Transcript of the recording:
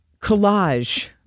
collage